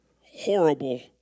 horrible